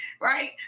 right